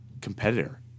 competitor